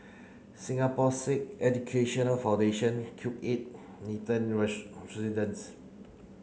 Singapore Sikh Education Foundation Cube eight Nathan Residences